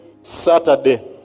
Saturday